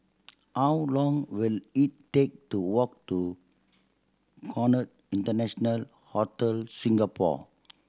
how long will it take to walk to Conrad International Hotel Singapore